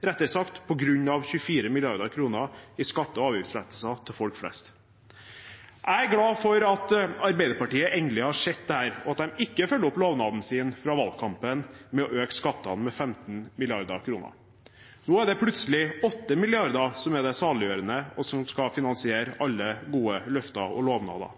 rettere sagt på grunn av – 24 mrd. kr i skatte- og avgiftslettelser til folk flest. Jeg er glad for at Arbeiderpartiet endelig har sett dette, og at de ikke følger opp lovnaden sin fra valgkampen om å øke skattene med 15 mrd. kr. Nå er det plutselig 8 mrd. kr som er det saliggjørende, og som skal finansiere alle gode løfter og lovnader.